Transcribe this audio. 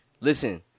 Listen